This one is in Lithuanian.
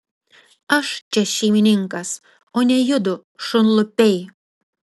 aš čia šeimininkas o ne judu šunlupiai